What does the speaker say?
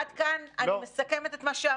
עד כאן, אני מסכמת את מה שאמרת?